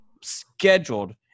scheduled